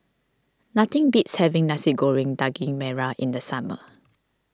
nothing beats having Nasi Goreng Daging Merah in the summer